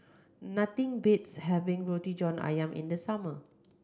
nothing beats having Roti John Ayam in the summer